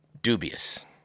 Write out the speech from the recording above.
Dubious